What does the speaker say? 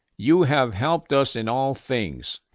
you have helped us in all things.